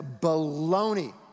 baloney